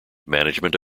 management